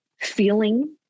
feeling